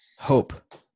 Hope